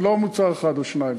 ולא מוצר אחד או שניים,